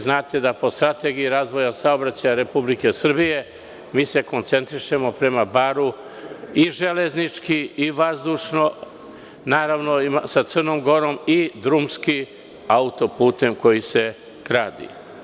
Znate da po Strategiji razvoja saobraćaja Republike Srbije mi se koncentrišemo prema Baru i železnički i vazdušno, naravno i drumski auto-putem koji se gradi.